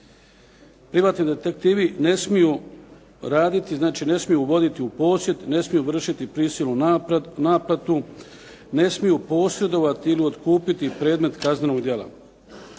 Privatni detektivi ne smiju raditi, znači ne smiju voditi u posjet, ne smiju vršiti prisilnu naplatu, ne smiju posjedovati ili otkupiti predmet kaznenog djela.